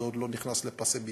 זה עוד לא נכנס לפסי ביצוע.